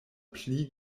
pli